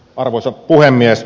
arvoisa puhemies